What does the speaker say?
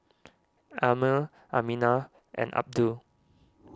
Ammir Aminah and Abdul